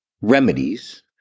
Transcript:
remedies